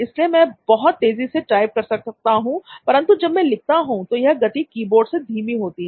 इसलिए मैं बहुत तेजी से टाइप कर सकता हूं परंतु जब मैं लिखता हूं तो यह गति कीबोर्ड से धीमी होती है